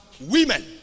women